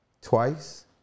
Twice